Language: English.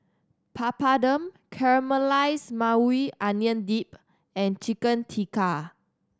Papadum Caramelized Maui Onion Dip and Chicken Tikka